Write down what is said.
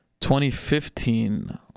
2015